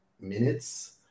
minutes